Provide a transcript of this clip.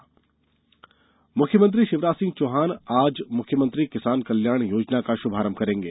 CM किसान कल्याण मुख्यमंत्री शिवराज सिंह चौहान आज मुख्यमंत्री किसान कल्याण योजना का शुभारंभ करेंगे